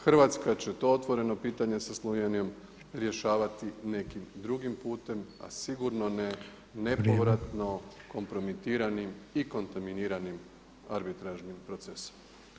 Hrvatska će to otvoreno pitanje sa Slovenijom rješavati nekim drugim putem, a sigurno ne nepovratno kompromitiranim i kontaminiranim arbitražnim procesom.